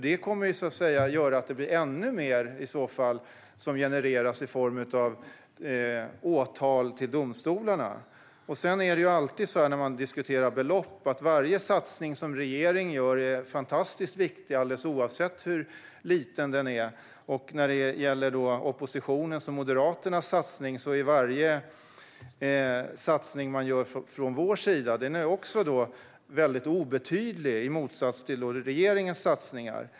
Det kommer annars att göra att det blir ännu mer som genereras i form av åtal till domstolarna. Det låter alltid så här när man diskuterar belopp. Varje satsning som regeringen gör är fantastiskt viktig, alldeles oavsett hur liten den än är. När det gäller oppositionens och Moderaternas satsningar är varje sådan från vår sida väldigt obetydlig, i motsats till regeringens satsningar.